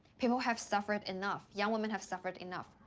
people have suffered enough, young women have suffered enough.